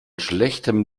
schlechtem